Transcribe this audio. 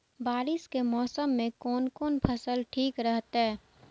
बारिश के मौसम में कोन कोन फसल ठीक रहते?